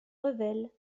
revel